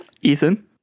Ethan